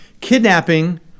kidnapping